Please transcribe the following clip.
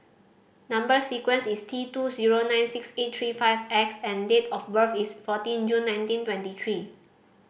number sequence is T two zero nine six eight three five X and date of birth is fourteen June nineteen twenty three